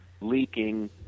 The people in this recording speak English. leaking